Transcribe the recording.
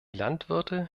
landwirte